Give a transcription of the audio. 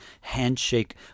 handshake